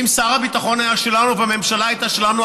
אם שר הביטחון היה שלנו והממשלה הייתה שלנו,